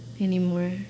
anymore